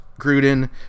Gruden